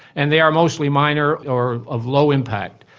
and they are mostly minor or of low impact.